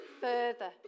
further